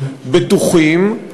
בטוחים,